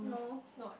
no